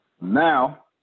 Now